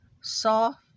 soft